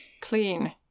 clean